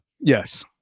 Yes